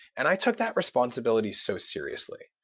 and i took that responsibility so seriously.